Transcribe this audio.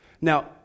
Now